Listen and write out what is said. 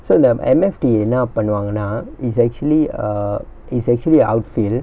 so அந்த:antha M_F_D என்னா பண்ணுவாங்கனா:ennaa pannuvaanganaa is actually err it's actually outfield